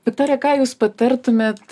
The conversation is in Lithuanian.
viktorija ką jūs patartumėt